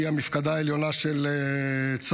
שהיא המפקדה העליונה של צה"ל.